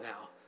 now